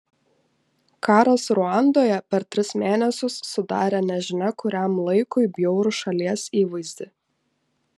karas ruandoje per tris mėnesius sudarė nežinia kuriam laikui bjaurų šalies įvaizdį